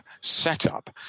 setup